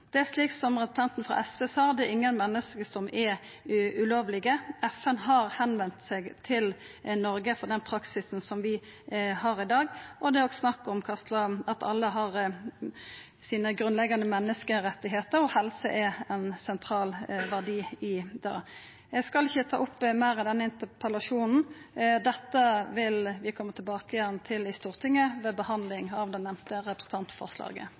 ingen menneske som er ulovlege. FN har vendt seg til Noreg om den praksisen som vi har i dag, og det er òg snakk om at alle har sine grunnleggjande menneskerettar. Helse er ein sentral verdi i det. Eg skal ikkje ta opp meir i denne interpellasjonen. Dette vil vi koma tilbake igjen til i Stortinget ved behandlinga av det nemnte representantforslaget.